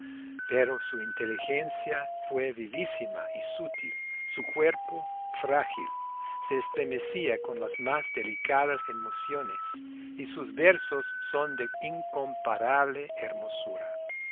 pero su inteligencia fue vivísima y sutil su cuerpo frágil se estremecía con las más delicadas emociones y sus versos son de incomparable hermosura